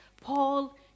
Paul